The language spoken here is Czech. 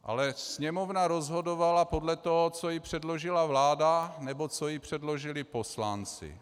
Ale Sněmovna rozhodovala podle toho, co jí předložila vláda nebo co jí předložili poslanci.